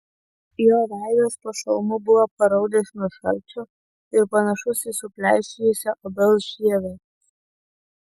jo veidas po šalmu buvo paraudęs nuo šalčio ir panašus į supleišėjusią obels žievę